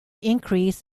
increase